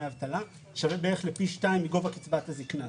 אבטלה שווה בערך לפי שתיים מגובה קצבת הזקנה.